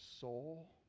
soul